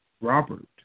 Robert